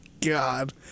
God